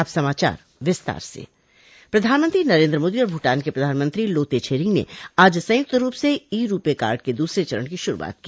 अब समाचार विस्तार से प्रधानमंत्री नरेन्द्र मोदी और भूटान के प्रधानमंत्री लोते छरिंग ने आज संयुक्त रूप से ई रूपे कार्ड के दूसरे चरण की शुरूआत की